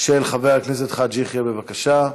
של חבר הכנסת חאג' יחיא, בבקשה.